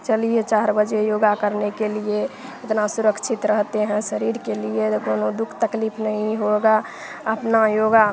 चलिए चार बजे योगा करने के लिए इतना सुरक्षित रहते हैं शरीर के लिए ये कौनो दुख तकलीफ नहीं होगा अपना योगा